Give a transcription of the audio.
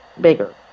bigger